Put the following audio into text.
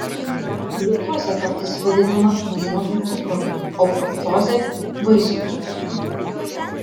gliukozė kartais vadinama vynuogių cukrumi o fruktozė vaisių cukrumi